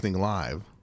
live